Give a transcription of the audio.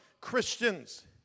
Christians